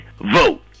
Vote